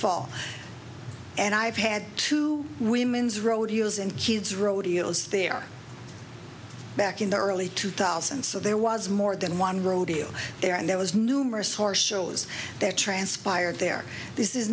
fall and i have had two womens rodeos and kids rodeos there back in the early two thousand so there was more than one rodeo there and there was numerous horse shows that transpired there this is